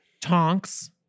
Tonks